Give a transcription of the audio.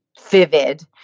vivid